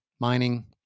Mining